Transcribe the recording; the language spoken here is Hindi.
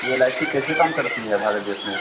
ये एल आई सी कैसे काम करती है भारत देश में